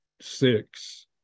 six